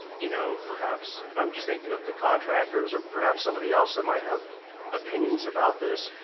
you know, perhaps and i'm just thinking of the contractors or perhaps somebody else that might have opinions about this.